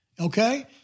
Okay